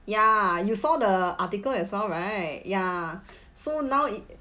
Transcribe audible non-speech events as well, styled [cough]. ya you saw the article as well right ya [breath] so now it